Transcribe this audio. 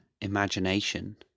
imagination